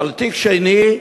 ועל תיק שני,